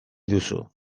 duzu